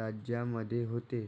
राज्यांमध्ये होते